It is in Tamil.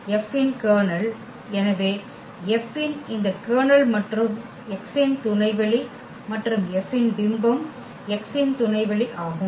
F இன் கர்னல் எனவே F இன் இந்த கர்னல் மற்றும் X இன் துணைவெளி மற்றும் F இன் பிம்பம் X இன் துணைவெளி ஆகும்